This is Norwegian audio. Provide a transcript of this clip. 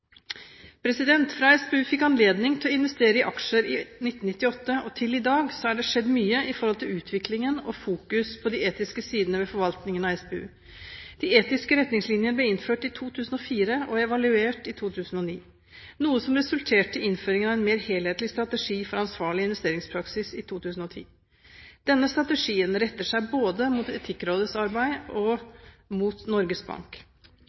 Fra SPU fikk anledning til å investere i aksjer i 1998 og til i dag, har det skjedd mye når det gjelder utviklingen og fokuseringen på de etiske sidene ved forvaltningen av SPU. De etiske retningslinjene ble innført i 2004 og evaluert i 2009, noe som resulterte i innføringen av en mer helhetlig strategi for ansvarlig investeringspraksis i 2010. Denne strategien retter seg både mot Etikkrådets arbeid og mot Norges Bank.